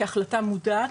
כהחלטה מודעת,